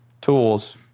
tools